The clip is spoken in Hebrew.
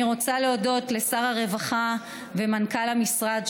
אני רוצה להודות לשר הרווחה ולמנכ"ל המשרד,